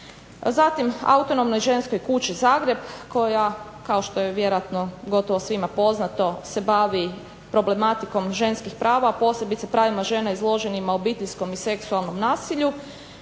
zatim Autonomnoj ženskoj kući Zagreb koja kao što je vjerojatno gotovo svima poznato se bavi problematikom ženskih prava, posebice pravima žena izloženim obiteljskom i seksualnom nasilju.